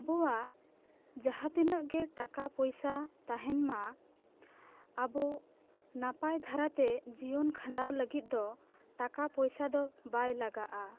ᱟᱵᱚᱣᱟᱜ ᱡᱟᱦᱟᱸ ᱛᱤᱱᱟᱹᱜ ᱜᱮ ᱴᱟᱠᱟ ᱯᱚᱭᱥᱟ ᱛᱟᱦᱮᱱ ᱢᱟ ᱟᱵᱚ ᱱᱟᱯᱟᱭ ᱫᱷᱟᱨᱟ ᱛᱮ ᱡᱤᱭᱚᱱ ᱠᱷᱟᱸᱰᱟᱣ ᱞᱟᱹᱜᱤᱫ ᱫᱚ ᱴᱟᱠᱟ ᱯᱚᱭᱥᱟ ᱫᱚ ᱵᱟᱭ ᱞᱟᱜᱟᱜᱼᱟ